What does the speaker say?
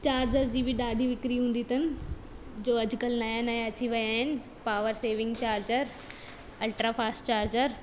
charger जी बि ॾाढी विकिरी हूंदी अथनि जो अॼुकल्ह नवां नवां अची विया आहिनि power saving charger ultra fast charger